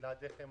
שבלעדיכם